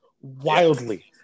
wildly